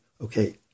Okay